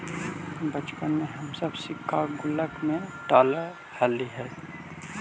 बचपन में हम सब सिक्का गुल्लक में डालऽ हलीअइ